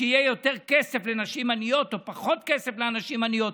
שיהיה יותר כסף לנשים עניות או פחות כסף לנשים עניות.